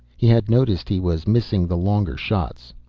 he had noticed he was missing the longer shots.